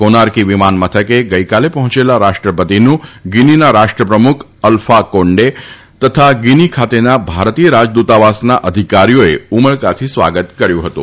Conakry વિમાનમથકે ગઈકાલે પહોંચેલા રાષ્ટ્રપતિનું ગીનીના રાષ્ટ્રપ્રમુખ અલ્ફા કોન્ડે તથા ગીની ખાતેના ભારતીય રાજદ્દતાવાસનાં અધિકારીઓએ ઉમળકાથી સ્વાગત કર્યું હતું